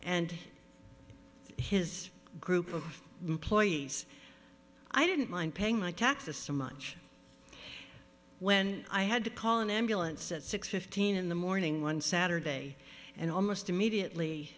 and his group of employees i didn't mind paying my taxes so much when i had to call an ambulance at six fifteen in the morning one saturday and almost immediately